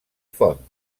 font